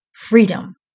Freedom